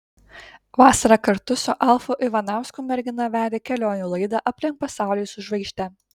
vasarą kartu su alfu ivanausku mergina vedė kelionių laidą aplink pasaulį su žvaigžde